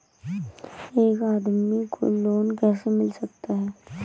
एक आदमी को लोन कैसे मिल सकता है?